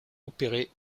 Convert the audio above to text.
opéré